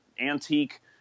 antique